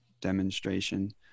demonstration